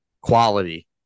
quality